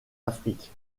afrique